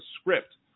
script